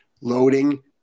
Loading